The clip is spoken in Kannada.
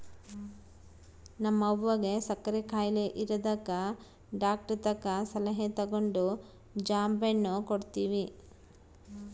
ನಮ್ವಗ ಸಕ್ಕರೆ ಖಾಯಿಲೆ ಇರದಕ ಡಾಕ್ಟರತಕ ಸಲಹೆ ತಗಂಡು ಜಾಂಬೆಣ್ಣು ಕೊಡ್ತವಿ